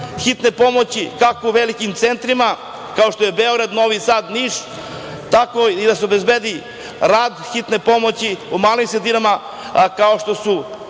hitne pomoći, kako u velikim centrima, kao što je Beograd, Novi Sad, Niš, tako i da se obezbedi rad hitne pomoći u malim sredinama, kao što su